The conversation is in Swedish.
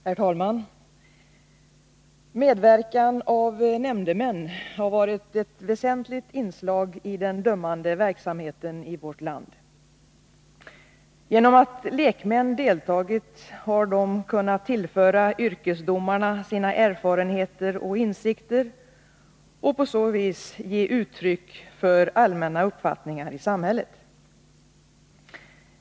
Herr talman! Medverkan av nämndemän har varit ett väsentligt inslag i den dömande verksamheten i vårt land. Genom att lekmän deltagit har de kunnat tillföra yrkesdomarna sina erfarenheter och insikter och på så vis ge uttryck för allmänna uppfattningar i samhället.